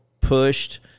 pushed